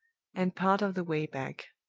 and part of the way back.